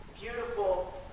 beautiful